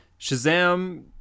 shazam